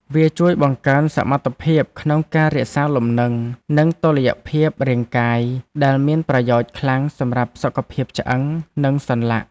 វាជួយបង្កើនសមត្ថភាពក្នុងការរក្សាលំនឹង និងតុល្យភាពរាងកាយ ដែលមានប្រយោជន៍ខ្លាំងសម្រាប់សុខភាពឆ្អឹង និងសន្លាក់។